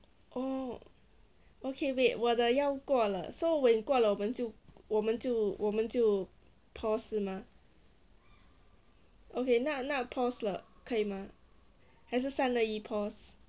oh okay wait 我的要过了 so when 过了我们就我们就我们就 pause 是吗 okay 那那 pause 了可以吗还是三二一 pause